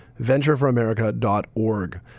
ventureforamerica.org